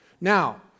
Now